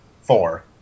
four